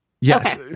Yes